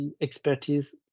expertise